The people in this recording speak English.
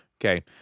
Okay